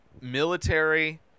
military